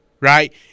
right